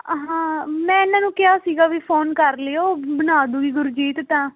ਹਾਂ ਮੈਂ ਇਹਨਾਂ ਨੂੰ ਕਿਹਾ ਸੀਗਾ ਬਈ ਫੋਨ ਕਰ ਲਿਓ ਬਣਾ ਦਊਗੀ ਗੁਰਜੀਤ ਤਾਂ